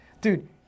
Dude